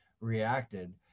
reacted